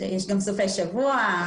יש גם סופי שבוע.